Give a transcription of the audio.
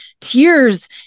tears